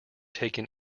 taken